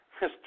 Mr